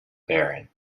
barren